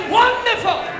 wonderful